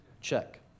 Check